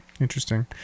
Interesting